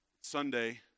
Sunday